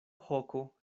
hoko